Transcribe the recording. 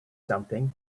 something